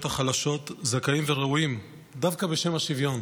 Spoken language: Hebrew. החלשות זכאים וראויים דווקא בשם השוויון